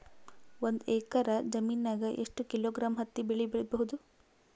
ಒಂದ್ ಎಕ್ಕರ ಜಮೀನಗ ಎಷ್ಟು ಕಿಲೋಗ್ರಾಂ ಹತ್ತಿ ಬೆಳಿ ಬಹುದು?